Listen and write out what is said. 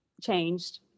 changed